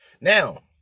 Now